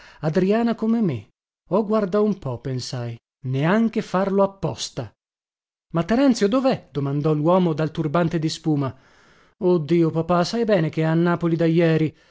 adriana come me oh guarda un po pensai neanche a farlo apposta ma terenzio dovè domandò luomo dal turbante di spuma oh dio papà sai bene che è a napoli da jeri